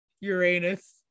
Uranus